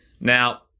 Now